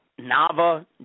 Nava